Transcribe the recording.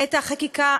את החקיקה,